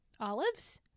Olives